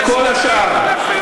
על כל השאר, בפער אדיר על כל השאר.